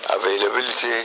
availability